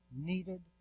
needed